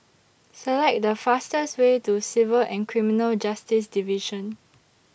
Select The fastest Way to Civil and Criminal Justice Division